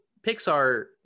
Pixar